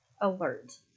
alert